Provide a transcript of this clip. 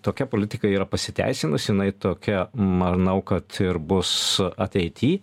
tokia politika yra pasiteisinusi jinai tokia manau kad ir bus ateity